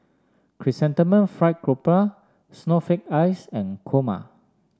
Chrysanthemum Fried Garoupa Snowflake Ice and Kurma